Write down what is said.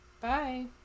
Bye